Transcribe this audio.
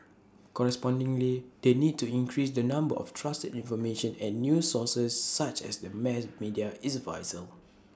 correspondingly the need to increase the number of trusted information and news sources such as the mass media is vital